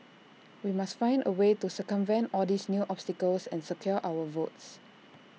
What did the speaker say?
we must find A way to circumvent all these new obstacles and secure our votes